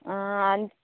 आं